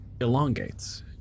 elongates